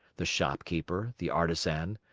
the shopkeeper, the artisan,